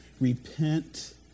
repent